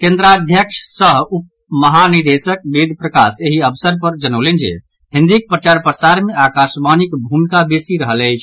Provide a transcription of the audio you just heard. केन्द्राध्यक्ष सह उप महानिदेशक वेद प्रकाश एहि अवसर पर जनौलनि जे हिन्दीक प्रचार प्रसार मे आकाशवाणीक भूमिका बेसी रहल अछि